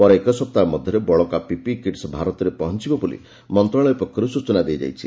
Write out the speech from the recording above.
ପରେ ଏକ ସପ୍ତାହ ମଧ୍ୟରେ ବଳକା ପିପିଇ କିଟ୍ସ ଭାରତରେ ପହଞ୍ଚିବ ବୋଲି ମନ୍ତ୍ରଣାଳୟ ପକ୍ଷରୁ ସୂଚନା ଦିଆଯାଇଛି